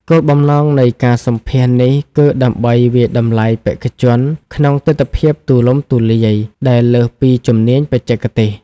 គោលបំណងនៃការសម្ភាសន៍នេះគឺដើម្បីវាយតម្លៃបេក្ខជនក្នុងទិដ្ឋភាពទូលំទូលាយ ដែលលើសពីជំនាញបច្ចេកទេស។